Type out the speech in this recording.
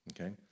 Okay